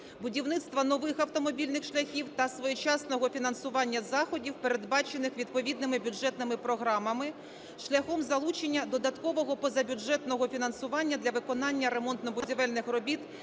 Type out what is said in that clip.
будівництво нових автомобільних шляхів та своєчасного фінансування заходів, передбачених відповідними бюджетними програмами, шляхом залучення додаткового позабюджетного фінансування для виконання ремонтно-будівельних робіт